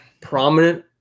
prominent